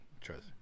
Trust